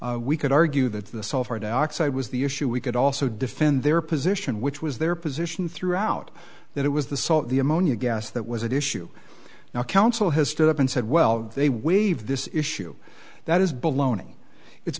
panel we could argue that the sulfur dioxide was the issue we could also defend their position which was their position throughout that it was the salt the ammonia gas that was at issue now council has stood up and said well they waive this issue that is baloney it's